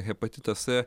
hepatitas c